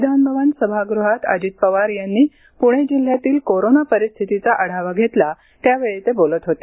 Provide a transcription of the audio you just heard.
विधानभवन सभागृहात आज अजित पवार यांनी पुणे जिल्ह्यातील कोरोना परिस्थितीचा आढावा घेतला त्यावेळी ते बोलत होते